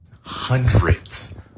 hundreds